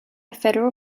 federal